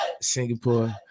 singapore